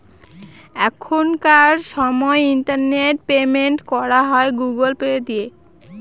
এখনকার সময় internet payment করা হয় গুগুল পে দিয়ে